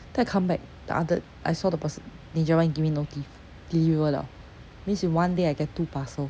then I come back the other I saw the pers~ ninja van give me notif deliver liao means in one day I get two parcel